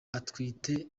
atwite